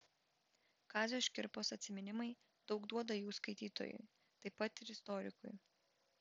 kazio škirpos atsiminimai daug duoda jų skaitytojui taip pat ir istorikui